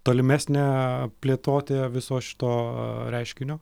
tolimesnė plėtotė viso šito reiškinio